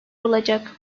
olacak